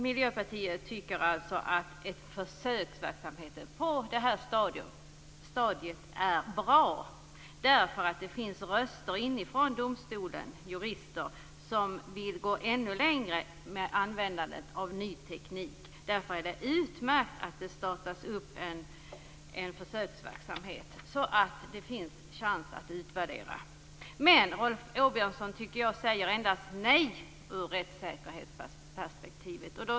Miljöpartiet och jag tycker att en försöksverksamhet på detta stadium är bra. Det finns röster inifrån domstolarna, jurister, som vill gå ännu längre i användandet av ny teknik. Därför är det utmärkt att det startas en försöksverksamhet, så att det finns en chans att utvärdera den. Men Rolf Åbjörnsson säger endast nej ur rättssäkerhetsperspektiv.